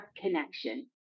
connection